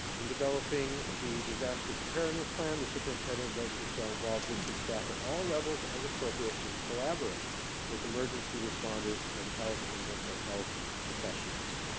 in developing the disaster preparedness plan, the superintendent, designee shall involve district staff at all levels as appropriate and collaborate with emergency responders and health and mental health professionals.